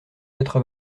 quatre